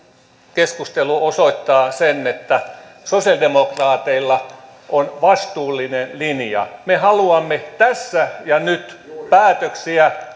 keskustelu osoittaa sen että sosialidemokraateilla on vastuullinen linja me haluamme tässä ja nyt päätöksiä